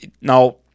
Now